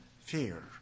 fear